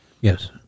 Yes